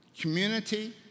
Community